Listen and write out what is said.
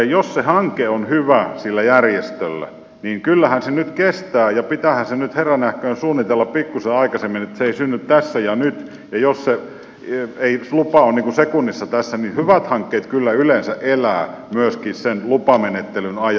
jos se hanke sillä järjestöllä on hyvä niin kyllähän se nyt kestää ja pitäähän se nyt herranen aika jo suunnitella pikkuisen aikaisemmin ettei se synny tässä ja nyt ja jos se lupa ei ole sekunnissa tässä niin hyvät hankkeet kyllä yleensä elävät myöskin sen lupamenettelyn ajan